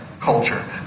culture